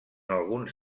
alguns